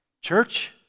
church